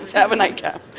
have a night cap.